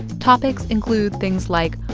topics include things like,